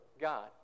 God